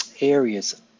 areas